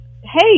hey